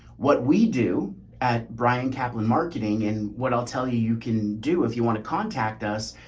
what we do at brian kaplan marketing and what i'll tell you you can do if you want to contact us,